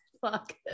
fuck